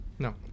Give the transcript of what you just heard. No